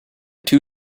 two